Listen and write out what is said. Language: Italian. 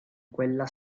quella